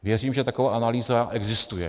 Věřím, že taková analýza existuje.